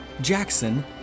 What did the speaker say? Jackson